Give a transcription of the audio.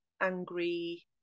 angry